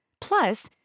Plus